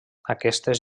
aquestes